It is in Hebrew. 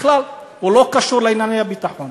בכלל, הוא לא קשור לענייני הביטחון,